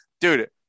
dude